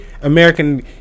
American